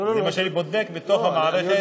זה מה שאני בודק בתוך המערכת.